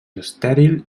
estèril